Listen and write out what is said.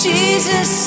Jesus